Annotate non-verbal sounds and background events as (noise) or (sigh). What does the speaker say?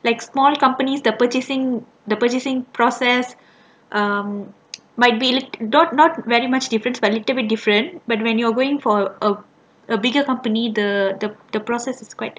like small companies the purchasing the purchasing process um (noise) might be little not not very much different but little bit different but when you're going for a a bigger company the the the process is quite